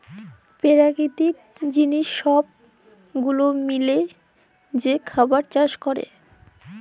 পেরাকিতিক জিলিস ছব গুলা মিলায় যে খাবার চাষ ক্যরে